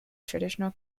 traditional